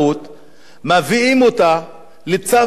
מביאים אותה אל סף קריסה.